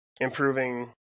improving